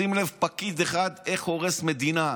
שים לב איך פקיד אחד הורס מדינה.